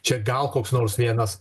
čia gal koks nors vienas